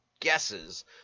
guesses